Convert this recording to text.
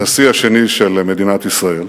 הנשיא השני של מדינת ישראל,